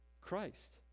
Christ